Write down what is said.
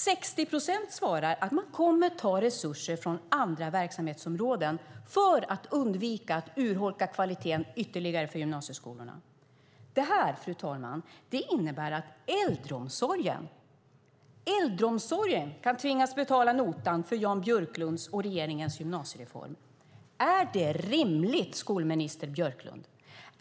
60 procent svarar att de tänker ta resurser från andra verksamhetsområden för att undvika att urholka kvaliteten ytterligare för gymnasieskolorna. Detta innebär att äldreomsorgen kan tvingas betala notan för Jan Björklunds och regeringens gymnasiereform. Är det rimligt, skolminister Björklund?